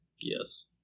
Yes